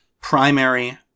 primary